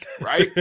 Right